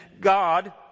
God